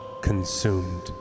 consumed